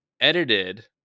edited